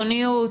לקיצוניות.